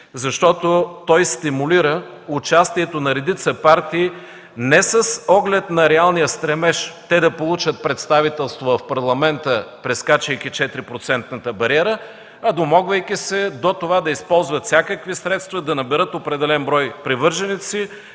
защото той стимулира участието на редица партии не с оглед на реалния стремеж те да получат представителство в Парламента, прескачайки 4-процентната бариера, а домогвайки се до това да използват всякакви средства да наберат определен брой привърженици.